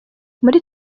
muri